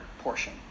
portion